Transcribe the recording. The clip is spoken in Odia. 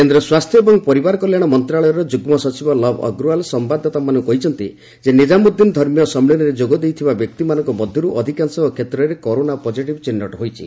କେନ୍ଦ୍ର ସ୍ପାସ୍ଥ୍ୟ ଏବଂ ପରିବାର କଲ୍ୟାଣ ମନ୍ତ୍ରଣାଳୟର ଯୁଗ୍ମ ସଚିବ ଲବ୍ ଅଗ୍ରୱାଲ୍ ସମ୍ଭାଦଦାତାମାନଙ୍କୁ କହିଛନ୍ତି ନିଜାମୁଦ୍ଦିନ୍ ଧାର୍ମୀୟ ସମ୍ମିଳନୀରେ ଯୋଗଦେଇଥିବା ବ୍ୟକ୍ତିମାନଙ୍କ ମଧ୍ୟରୁ ଅଧିକାଂଶଙ୍କ କ୍ଷେତ୍ରରେ କରୋନା ପଜେଟିଭ୍ ଚିହ୍ନଟ ହୋଇଛି